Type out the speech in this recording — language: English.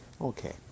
Okay